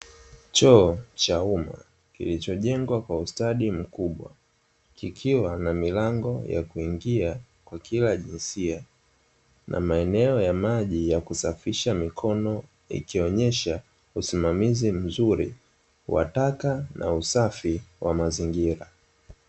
Choo cha umma kilichojengwa kwa ustadi mkubwa kikiwa na milango ya kuingia kwa kila jinsia na maeneo ya maji ya kusafisha mikono, ikionyesha usimamizi mzuri wa taka na usafi wa mazingira.